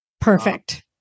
Perfect